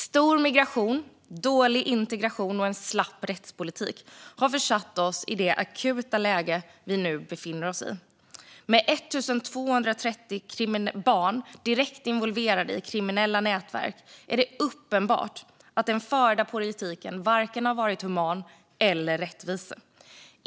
Stor migration, dålig integration och en slapp rättspolitik har försatt oss i det akuta läge vi nu befinner oss i. Med 1 230 barn i kriminella nätverk är det uppenbart att den förda politiken varken har varit human eller rättvis.